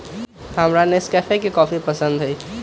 हमरा नेस्कैफे के कॉफी पसंद हई